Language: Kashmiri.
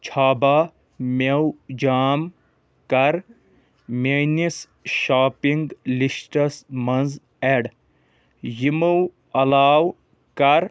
چھابا میٚو جام کَر میٛٲنِس شاپنٛگ لِسٹَس منٛز ایٚڈ یِمو علاوٕ کَر